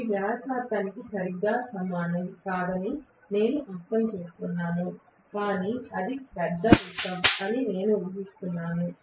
ఇది వ్యాసార్థానికి సరిగ్గా సమానం కాదని నేను అర్థం చేసుకున్నాను కాని అది పెద్ద వృత్తం అని ఊహిస్తున్నాను